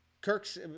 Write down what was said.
Kirk's